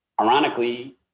ironically